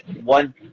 one